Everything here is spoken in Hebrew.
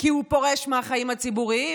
כי הוא פורש מהחיים הציבוריים,